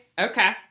okay